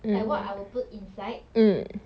like what I will put inside